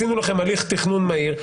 עשינו לכם הליך תכנון מהיר.